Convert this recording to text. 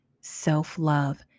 self-love